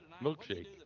Milkshake